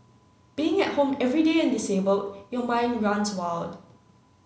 being at home every day and disabled your mind runs wild